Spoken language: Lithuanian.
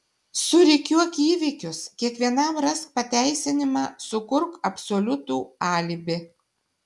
surikiuok įvykius kiekvienam rask pateisinimą sukurk absoliutų alibi